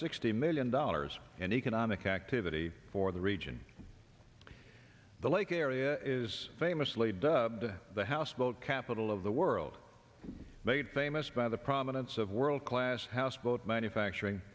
sixty million dollars in economic activity for the region the lake area is famously dubbed the houseboat capital of the world made famous by the prominence of world class houseboat manufacturing